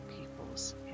people's